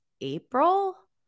April